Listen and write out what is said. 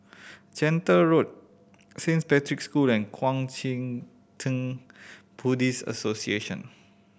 Gentle Road Saint Patrick's School and Kuang Chee Tng Buddhist Association